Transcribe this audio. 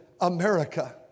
America